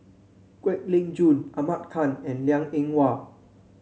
Kwek Leng Joo Ahmad Khan and Liang Eng Hwa